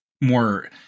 more